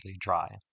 dry